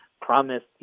promised